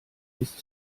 ist